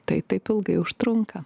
tai taip ilgai užtrunka